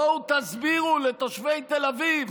בואו תסבירו לתושבי תל אביב